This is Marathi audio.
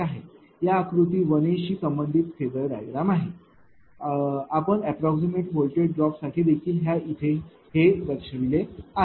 या आकृती 1 शी संबंधित ही फेजर डायग्राम आहे आपण अप्राक्समैट व्होल्टेज ड्रॉप साठी देखील ह्या इथे हे दर्शवले आहे